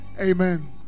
Amen